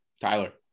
Tyler